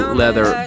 leather